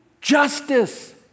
justice